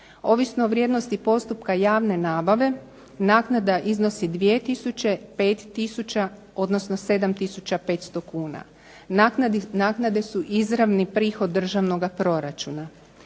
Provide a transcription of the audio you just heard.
Ovisno o vrijednosti postupka javne nabave naknada iznosi 2000, 5000, odnosno 7,500 kuna. Naknade su izravni prihod državnoga proračuna.